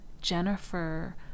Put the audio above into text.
Jennifer